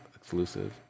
exclusive